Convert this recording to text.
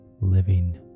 living